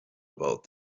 about